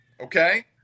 okay